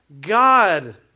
God